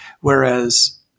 Whereas